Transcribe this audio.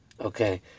Okay